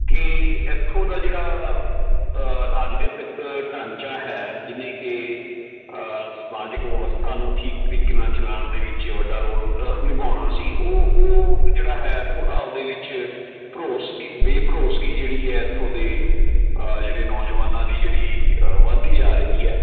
ਕਿ ਇੱਥੋਂ ਦਾ ਜਿਹੜਾ ਰਾਜਨੀਤਿਕ ਢਾਂਚਾ ਹੈ ਜਿਹਨੇ ਕਿ ਸਮਾਜਿਕ ਵਿਵਸਥਾ ਨੂੰ ਠੀਕ ਤਰੀਕੇ ਨਾਲ ਚਲਾਉਣ ਦੇ ਵਿੱਚ ਵੱਡਾ ਰੋਲ ਤਾਂ ਨਿਭਾਉਣਾ ਸੀ ਉਹ ਉਹ ਜਿਹੜਾ ਹੈ ਥੋੜ੍ਹਾ ਉਹਦੇ ਵਿੱਚ ਭਰੋਸ ਬੇਭਰੋਸਗੀ ਜਿਹੜੀ ਹੈ ਇੱਥੋਂ ਦੇ ਜਿਹੜੇ ਨੌਜਵਾਨਾਂ ਦੀ ਜਿਹੜੀ ਵੱਧਦੀ ਜਾ ਰਹੀ ਹੈ